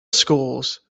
schools